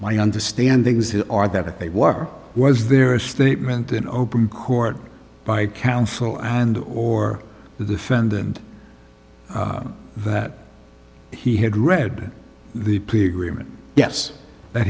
my understanding is his are that they were was there a statement in open court by counsel and or the defendant that he had read the plea agreement yes that